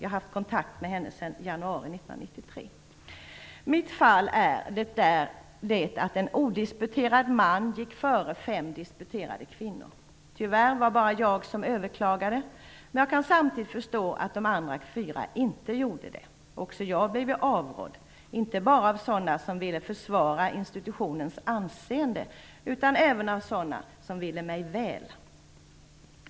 Jag har haft kontakt med henne sedan januari 1993.-- Mitt fall är att en odisputerad man gick före fem disputerade kvinnor. Tyvärr var det bara jag som överklagade. Jag kan samtidigt förstå att de andra fyra inte gjorde det. Också jag blev avrådd. Inte bara av sådana som ville försvara institutionens anseende, utan även av sådana som ville mig väl.